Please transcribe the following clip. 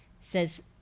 says